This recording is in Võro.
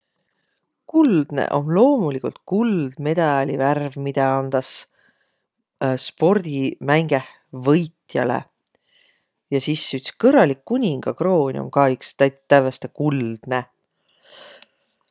Kuldnõ om loomuligult kuldmedali värv, midä andas spordimängeh võitjalõ. Ja sis üts kõrralik kuningakroon om kah iks tävveste kuldnõ.